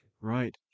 Right